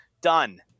Done